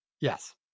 Yes